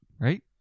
right